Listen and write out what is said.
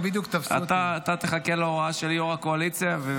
אתה תחכה להוראה של יו"ר הקואליציה.